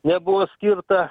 nebuvo skirta